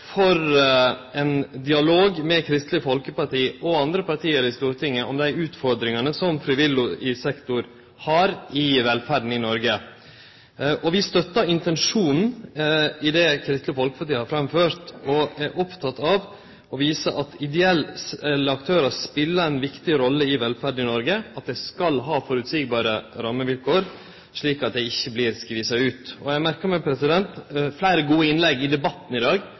for ein dialog med Kristeleg Folkeparti og andre parti i Stortinget om dei utfordringane som frivillig sektor har i velferda i Noreg, og vi støttar intensjonen i det Kristeleg Folkeparti har framført. Vi er opptekne av å vise at ideelle aktørar spelar ei viktig rolle for velferda i Noreg, og at dei skal ha føreseielege rammevilkår, slik at dei ikkje vert skvisa ut. Eg har merka meg fleire gode innlegg i debatten i dag